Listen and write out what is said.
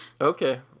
Okay